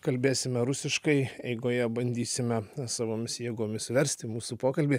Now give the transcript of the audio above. kalbėsime rusiškai eigoje bandysime savomis jėgomis versti mūsų pokalbį